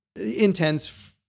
intense